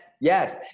Yes